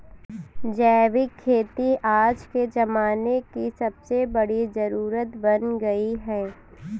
जैविक खेती आज के ज़माने की सबसे बड़ी जरुरत बन गयी है